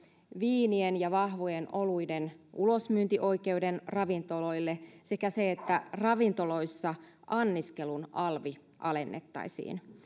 viinien ja vahvojen oluiden ulosmyyntioikeuden ravintoloille sekä sitä että ravintoloissa anniskelun alvia alennettaisiin